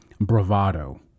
bravado